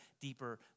deeper